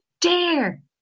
dare